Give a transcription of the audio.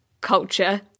culture